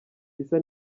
gisa